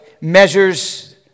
measures